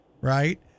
right